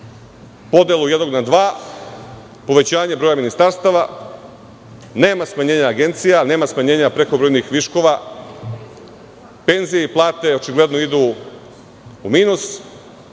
podelu jednog na dva, povećanje broja ministarstva, nema smanjenja agencija, nema smanjenja prekobrojnih viškova. Penzije i plate očigledno idu u minus,